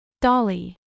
Dolly